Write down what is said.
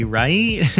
right